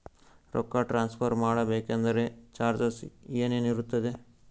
ರೊಕ್ಕ ಟ್ರಾನ್ಸ್ಫರ್ ಮಾಡಬೇಕೆಂದರೆ ಚಾರ್ಜಸ್ ಏನೇನಿರುತ್ತದೆ?